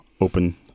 open